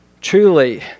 Truly